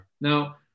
Now